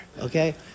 okay